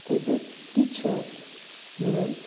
S a teacher म्हणून